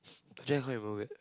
but then how you even wear